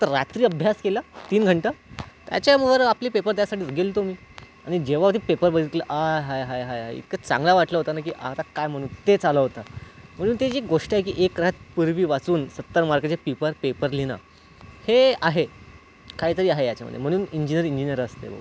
फक्त रात्री अभ्यास केला तीन घंटा त्याच्यावर आपले पेपर द्यायसाठीच गेलो होतो मी आणि जेव्हा ते पेपर बघितला आय हाय हाय हाय हाय इतकं चांगला वाटलं होतं ना की आता काय म्हणू तेच आलं होतं म्हणून ती जी गोष्ट आहे की एक रात्र पूर्वी वाचून सत्तर मार्काचे पेपर पेपर लिहिणं हे आहे काही तरी आहे याच्यामध्ये म्हणून इंजिनीअर इंजिनीअर असते भाऊ